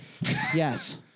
yes